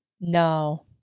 No